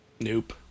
Nope